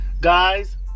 Guys